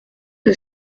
que